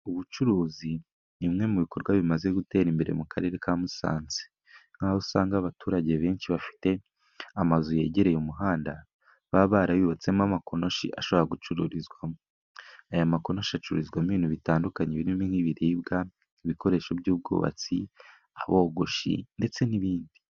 Ubucuruzi ni bimwe mu bikorwa bimaze gutera imbere mu Karere ka Musanze, nk'aho usanga abaturage benshi bafite amazu yegereye umuhanda, baba barayubatsemo amakonoshi ashobora gucururizwamo. Aya makonoshi acururizwamo ibintu bitandukanye, birimo nk'ibiribwa, ibikoresho by'ubwubatsi, abogoshi ndetse n'ibindi.